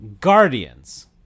Guardians